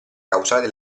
causale